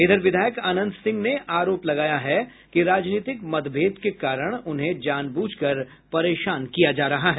इधर विधायक अनंत सिंह ने आरोप लगाया कि राजनीतिक मतभेद के कारण उन्हें जानबूझकर परेशान किया जा रहा है